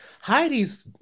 Heidi's